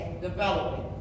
development